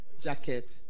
jacket